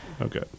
Okay